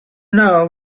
know